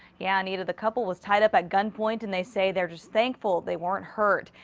yeah anita, the couple was tied up at gunpoint and they say they're just thankful they weren't hurt.